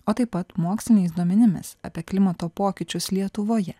o taip pat moksliniais duomenimis apie klimato pokyčius lietuvoje